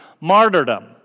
martyrdom